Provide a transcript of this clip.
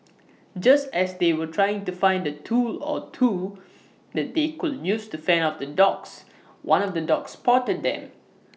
just as they were trying to find A tool or two that they could use to fend off the dogs one of the dogs spotted them